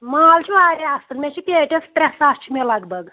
مال چھُ واریاہ اَصٕل مےٚ چھِ پیٹٮ۪س ترٛےٚ ساس چھِ مےٚ لگ بگ